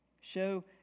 Show